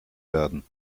werden